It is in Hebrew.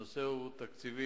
הנושא הזה הוא תקציבי.